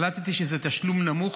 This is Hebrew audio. החלטתי שזה תשלום נמוך,